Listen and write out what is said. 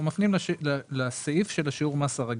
אנחנו מפנים לסעיף שבשיעור המס הרגיל.